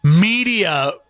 Media